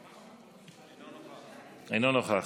אינו נוכח,